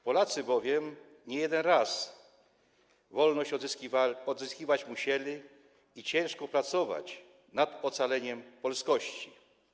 Polacy bowiem nie jeden raz wolność odzyskiwać musieli i ciężko pracować nad ocaleniem polskości.